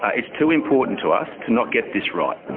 ah it's too important to us to not get this right.